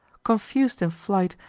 confus'd in flight,